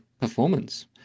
Performance